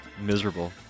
miserable